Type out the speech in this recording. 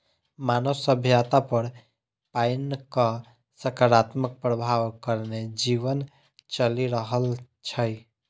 मानव सभ्यता पर पाइनक सकारात्मक प्रभाव कारणेँ जीवन चलि रहल छै